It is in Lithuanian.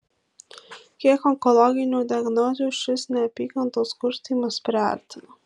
kiek onkologinių diagnozių šis neapykantos kurstymas priartino